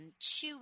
chewy